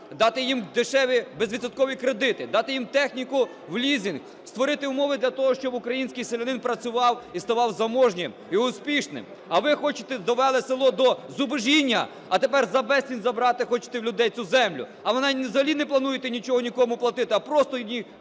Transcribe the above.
дати їм дешеві безвідсоткові кредити, дати їм техніку в лізинг, створити умови для того, щоб український селянин працював і ставав заможнім, і успішним? А ви довели село до зубожіння, а тепер за безцінь забрати хочете у людей цю землю, взагалі не плануєте нічого нікому платити, а просто її